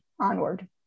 onward